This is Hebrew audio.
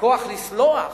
הכוח לסלוח?